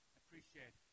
appreciate